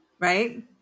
right